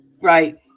Right